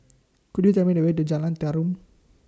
Could YOU Tell Me The Way to Jalan Tarum